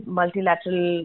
multilateral